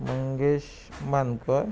Mangesh Mankar